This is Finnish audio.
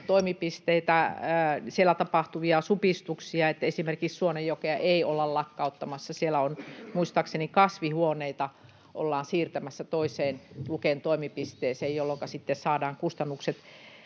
toimipisteitä, siellä tapahtuvia supistuksia, mutta esimerkiksi Suonenjokea ei olla lakkauttamassa. Siellä muistaakseni kasvihuoneita ollaan siirtämässä toiseen Luken toimipisteeseen, jolloinka sitten saadaan kustannukset